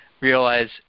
Realize